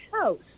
house